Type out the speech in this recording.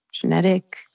genetic